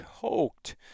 choked